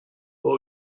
what